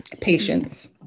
patience